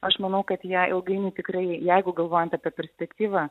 aš manau kad jie ilgainiui tikrai jeigu galvojant apie perspektyvą